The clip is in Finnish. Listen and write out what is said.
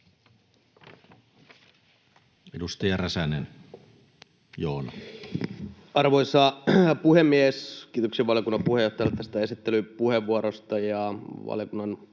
15:15 Content: Arvoisa puhemies! Kiitoksia valiokunnan puheenjohtajalle tästä esittelypuheenvuorosta. Valiokunnan